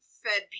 February